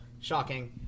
Shocking